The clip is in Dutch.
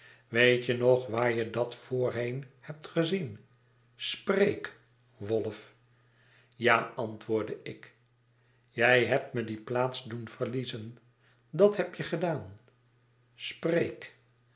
weet je nog vvaar j e dat voorheen hebt gezien spreek wolf ja antwoordde ik jij hebt me die plaats doen verliezen dat heb je gedaan spreek